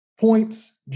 points